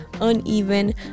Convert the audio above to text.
uneven